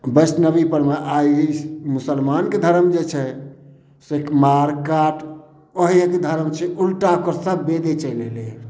बैष्णबी परमे आइ मुसलमानके धरम जे छै से मार काट ओहिके धरम छियै उलटा ओकर सब बेदे चलि अयलैया